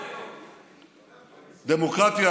דמוקרטיה